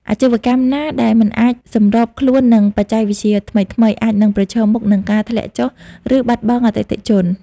អាជីវកម្មណាដែលមិនអាចសម្របខ្លួននឹងបច្ចេកវិទ្យាថ្មីៗ អាចនឹងប្រឈមមុខនឹងការធ្លាក់ចុះ ឬបាត់បង់អតិថិជន។